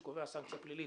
שקובע סנקציה פלילית